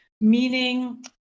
meaning